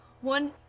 One